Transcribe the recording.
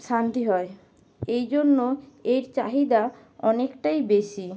শান্তি হয় এই জন্য এর চাহিদা অনেকটাই বেশি